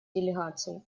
делегаций